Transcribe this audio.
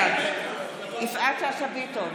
בעד יפעת שאשא ביטון,